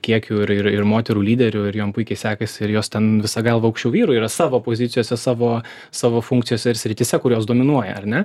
kiekiu ir ir moterų lyderių ir jom puikiai sekasi ir jos ten visa galva aukščiau vyrų yra savo pozicijose savo savo funkcijos ir srityse kurios dominuoja ar ne